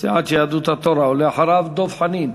מסיעת יהדות התורה, ואחריו, דב חנין,